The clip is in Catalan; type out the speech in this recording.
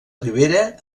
ribera